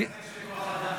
הוא יכול לקצץ בכוח אדם.